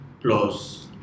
plus